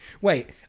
Wait